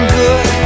good